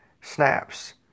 snaps